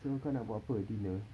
so kau nak buat apa dinner